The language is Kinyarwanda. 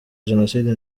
jenoside